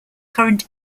current